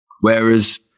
Whereas